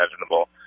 imaginable